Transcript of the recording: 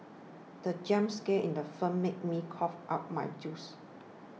the jump scare in the film made me cough out my juice